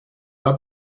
pas